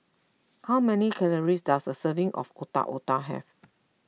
how many calories does a serving of Otak Otak have